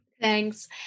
Thanks